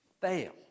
fail